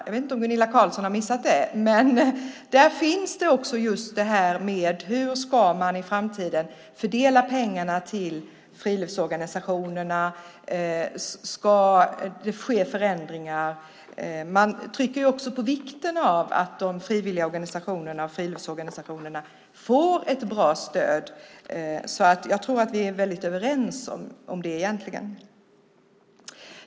Jag vet inte om Gunilla Carlsson har missat det, men där finns också med just hur man i framtiden ska fördela pengarna till friluftsorganisationerna. Ska det ske förändringar? Man trycker också på vikten av att de frivilliga friluftsorganisationerna får ett bra stöd. Jag tror att vi egentligen är överens om det.